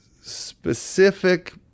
Specific